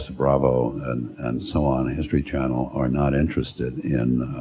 ah bravo and and so on, history channel, are not interested in